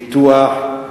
פיתוח,